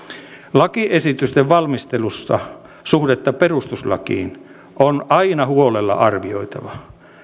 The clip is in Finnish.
lakiesitysten valmistelussa suhdetta perustuslakiin on aina huolella arvioitava